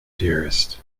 dearest